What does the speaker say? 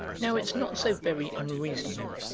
now, it's not so very unreasonable,